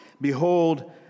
Behold